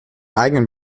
eigenen